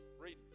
read